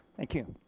thank you.